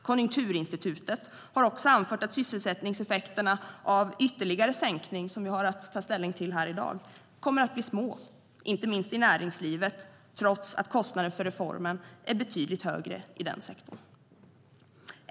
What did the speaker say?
Konjunkturinstitutet har också anfört att sysselsättningseffekterna av ytterligare sänkning som vi har att ta ställning till här i dag kommer att bli små, inte minst i näringslivet, trots att kostnaden för reformen är betydligt högre i den sektorn.